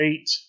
eight